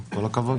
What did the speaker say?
לא רק מלונות.